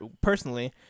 personally